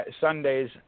Sunday's